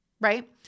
Right